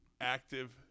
active